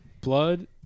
Blood